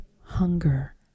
hunger